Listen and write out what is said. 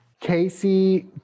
Casey